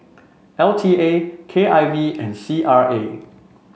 L T A K I V and C R A